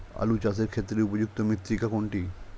আলু চাষের ক্ষেত্রে উপযুক্ত মৃত্তিকা কোনটি?